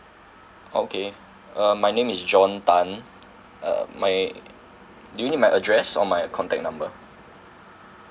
okay uh my name is john tan uh my do you need my address or my contact number